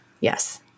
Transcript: Yes